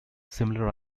similar